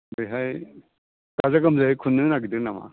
बेवहाय गाजा गोमजायै खुंनो नागिरदों नामा